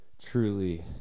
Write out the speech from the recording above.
truly